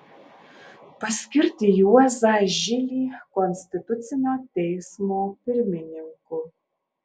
paskirti juozą žilį konstitucinio teismo pirmininku